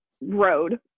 road